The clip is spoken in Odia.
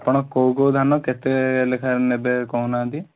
ଆପଣ କେଉଁ କେଉଁ ଧାନ କେତେ ଲେଖାଁରେ ନେବେ କହୁ ନାହାନ୍ତି